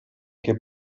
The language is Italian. che